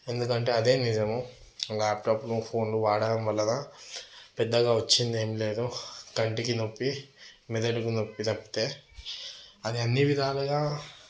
ఎందుకంటే అదే నిజము లాప్టాప్లు ఫోన్లు వాడటం వలన పెద్దగా వచ్చిందేమి లేదు కంటికి నొప్పి మెదడుకి నొప్పి తప్పితే అని అన్ని విధాలుగా